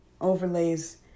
Overlays